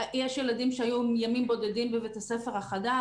יש ילדים שהיו ימים בודדים בבית הספר החדש,